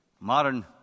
modern